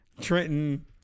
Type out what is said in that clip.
Trenton